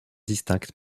distincte